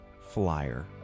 Flyer